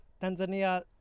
Tanzania